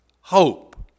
hope